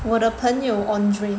我的朋友 Andre